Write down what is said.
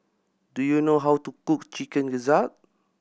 do you know how to cook Chicken Gizzard